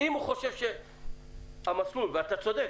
אם הוא חושב שהמסלול, ואתה צודק